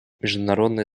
международное